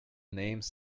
names